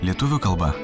lietuvių kalba